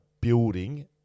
building